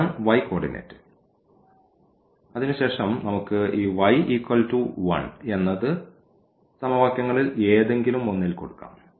അതാണ് y coordinate അതിനുശേഷം നമുക്ക് ഈ y1 എന്നത് സമവാക്യങ്ങളിൽ ഏതെങ്കിലും ഒന്നിൽ കൊടുക്കാം